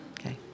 Okay